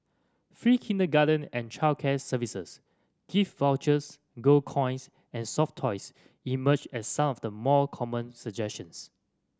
free kindergarten and childcare services gift vouchers gold coins and soft toys emerged as some of the more common suggestions